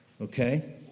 Okay